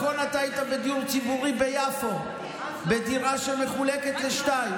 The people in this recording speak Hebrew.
היית בדיור ציבורי ביפו בדירה שמחולקת לשניים,